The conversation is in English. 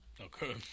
Okay